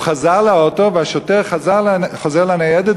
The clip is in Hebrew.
הוא חזר לאוטו והשוטר חוזר לניידת,